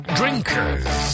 drinkers